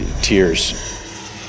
tears